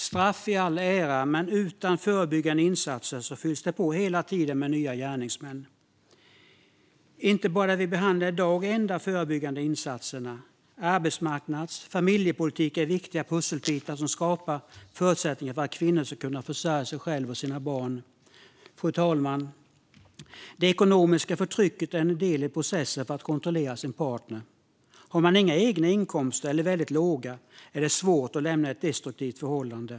Straff i all ära, men utan förebyggande insatser fylls det hela tiden på med nya gärningsmän. Det vi behandlar i dag är inte de enda förebyggande insatserna. Arbetsmarknads och familjepolitik är viktiga pusselbitar som skapar förutsättningar för att kvinnor ska kunna försörja sig själv och sina barn. Fru talman! Det ekonomiska förtrycket är en del i processen för att kontrollera sin partner. Har man inga eller väldigt låga egna inkomster är det svårt att lämna ett destruktivt förhållande.